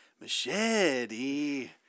machete